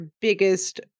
biggest